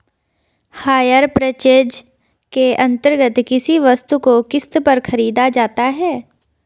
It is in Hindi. हायर पर्चेज के अंतर्गत किसी वस्तु को किस्त पर खरीदा जाता है